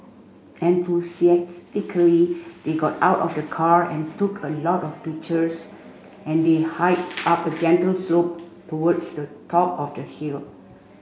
enthusiastically they got out of the car and took a lot of pictures as they hiked up a gentle slope towards the top of the hill